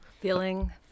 Feeling